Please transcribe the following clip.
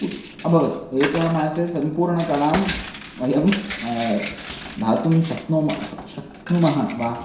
उत् अभवत् एकः मासे सम्पूर्णकलां वयं ज्ञातुं शक्नुमः शक् शक्नुमः वा